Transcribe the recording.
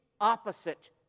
opposite